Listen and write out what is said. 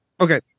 Okay